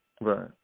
Right